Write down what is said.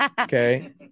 Okay